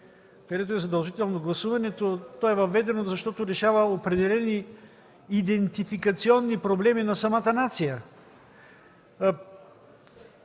където е задължително гласуването, е въведено, защото решава определени идентификационни проблеми на самата нация.